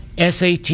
sat